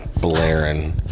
blaring